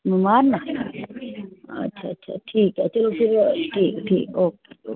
बमार न अच्छा अच्छा अच्छा ठीक ऐ ते फिर ठीक ऐ ओके